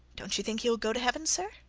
don't you think he will go to heaven, sir?